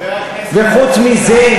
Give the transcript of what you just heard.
חבר הכנסת